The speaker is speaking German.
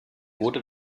wurde